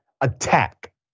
attack